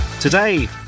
Today